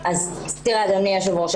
אדוני היושב-ראש,